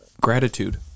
gratitude